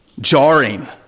jarring